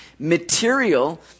Material